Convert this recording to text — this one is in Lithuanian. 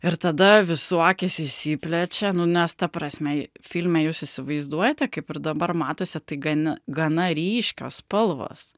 ir tada visų akys išsiplečia nu nes ta prasme filme jūs įsivaizduojate kaip ir dabar matosi tai gan gana ryškios spalvos